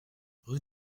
rue